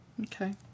Okay